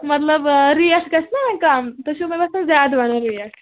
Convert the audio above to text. مطلب ریٹ گَژھِ نا وۄنۍ کَم تُہۍ چھُو مےٚ باسان زیادٕ وَنان ریٹ